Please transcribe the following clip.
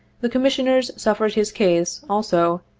the commissioners suffered his case, also,